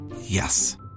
Yes